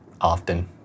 often